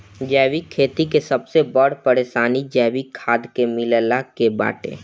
जैविक खेती के सबसे बड़ परेशानी जैविक खाद के मिलला के बाटे